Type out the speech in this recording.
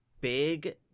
big